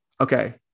Okay